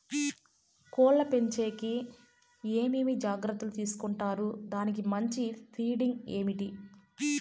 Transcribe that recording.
కోళ్ల పెంచేకి ఏమేమి జాగ్రత్తలు తీసుకొంటారు? దానికి మంచి ఫీడింగ్ ఏమి?